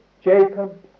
Jacob